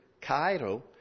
Cairo